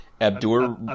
Abdur